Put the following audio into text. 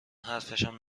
حرفشم